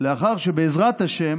לאחר שבעזרת השם